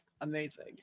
amazing